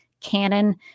canon